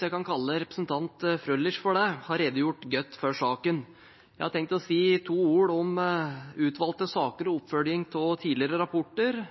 jeg kan kalle representanten Frølich det, har redegjort godt for saken. Jeg har tenkt å si to ord om utvalgte saker og